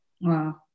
Wow